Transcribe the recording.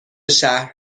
شهر